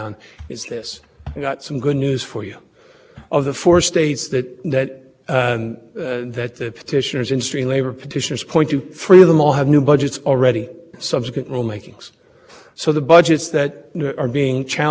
are pulled out the may be a remedy for states once they are designated through the process once they're determined to be a non issue in attainment states then not only the states in which those receptors are but her up when states who